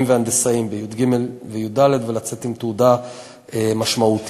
והנדסאים בי"ג וי"ד ולצאת עם תעודה משמעותית.